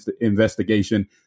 investigation